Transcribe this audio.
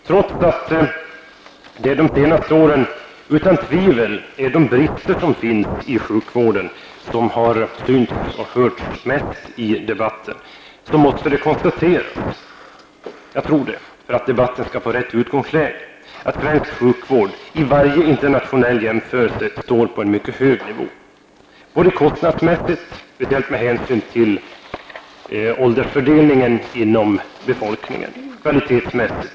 Trots att det de senaste åren utan tvivel är bristerna inom sjukvården som har märkts mest i debatten, måste det konstateras -- jag tror att detta är nödvändigt att säga för att debatten skall få ett riktigt utgångsläge -- att svensk sjukvård vid varje internationell jämförelse står på en mycket hög nivå. Det gäller både kostnadsmässigt, speciellt med hänsyn till åldersfördelningen inom befolkningen, och kvalitetsmässigt.